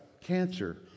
cancer